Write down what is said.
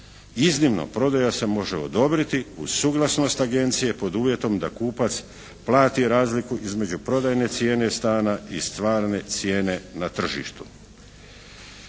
Iznimno prodaja se može odobriti uz suglasnost Agencije pod uvjetom da kupac plati razliku između prodajne cijene stana i stvarne cijene na tržištu.